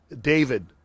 david